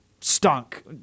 stunk